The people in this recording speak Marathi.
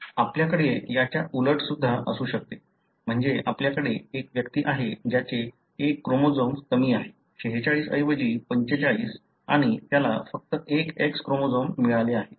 आपल्याकडे याच्या उलटसुद्धा असू शकते म्हणजे आपल्याकडे एक व्यक्ती आहे ज्याचे एक क्रोमोझोम कमी आहे 46 ऐवजी 45 आणि त्याला फक्त एक X क्रोमोझोम मिळाले आहे